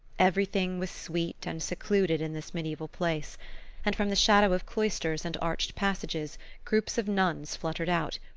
everything was sweet and secluded in this mediaeval place and from the shadow of cloisters and arched passages groups of nuns fluttered out,